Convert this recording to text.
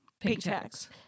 paychecks